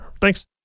thanks